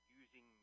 using